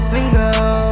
Single